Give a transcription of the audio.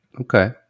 Okay